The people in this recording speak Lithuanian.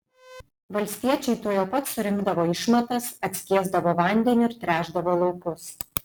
valstiečiai tuojau pat surinkdavo išmatas atskiesdavo vandeniu ir tręšdavo laukus